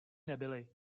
nebyly